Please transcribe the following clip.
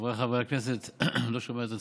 חבריי חברי הכנסת, אני לא שומע את עצמי,